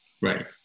Right